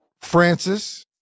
Francis